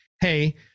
hey